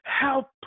Help